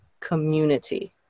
community